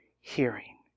hearing